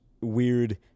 weird